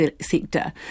sector